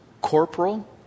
corporal